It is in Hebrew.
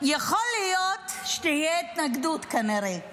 יכול להיות שתהיה התנגדות, כנראה,